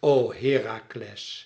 o herakles